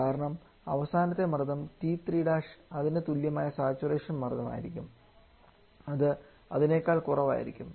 കാരണം അവസാനത്തെ മർദ്ദംT3 അതിന് തുല്യമായ സാച്ചുറേഷൻ മർദ്ദം അത് PC അതിനേക്കാൾ കുറവായിരിക്കും